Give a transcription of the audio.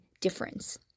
difference